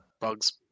Bugs